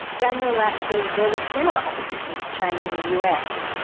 daniel lack says there was similar opposition to change in the us.